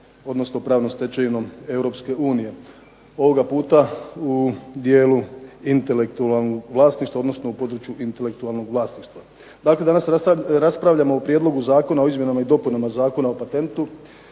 odnosno pravnom stečevinom Europske unije, ovoga puta u dijelu intelektualnog vlasništva odnosno u području intelektualnog vlasništva. Dakle, danas raspravljamo o Prijedlogu zakona o izmjenama i dopunama Zakona o patentu